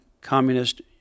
communist